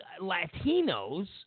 Latinos